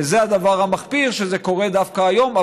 וזה הדבר המחפיר, שזה קורה דווקא היום.